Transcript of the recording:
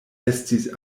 estis